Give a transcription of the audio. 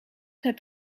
heb